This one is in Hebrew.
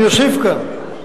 אני אוסיף כאן,